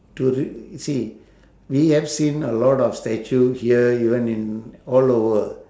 to r~ you see we have seen a lot of statue here even in all over